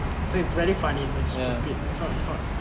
so it's very funny stupid is not is not